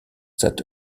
that